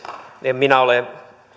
en minä ole